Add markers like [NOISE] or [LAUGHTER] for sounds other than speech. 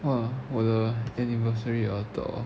!wah! 我的 anniversary [NOISE]